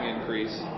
increase